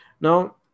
Now